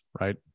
right